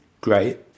great